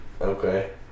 Okay